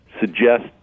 suggest